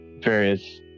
various